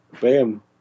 Bam